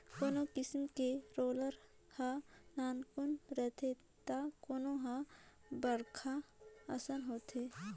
कोनो किसम के रोलर हर नानकुन रथे त कोनो हर बड़खा असन होथे